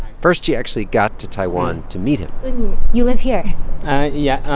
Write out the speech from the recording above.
first, she actually got to taiwan to meet him you live here yeah.